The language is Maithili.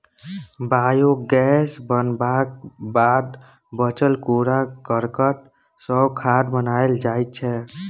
बायोगैस बनबाक बाद बचल कुरा करकट सँ खाद बनाएल जाइ छै